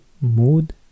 Mood